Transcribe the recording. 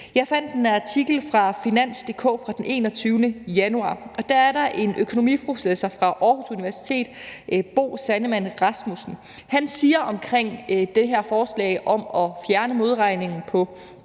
Jeg fandt en artikel fra Finans.dk fra den 21. januar, og der er der en økonomiprofessor fra Aarhus Universitet, Bo Sandemann Rasmussen, som om det her forslag om at fjerne modregningen på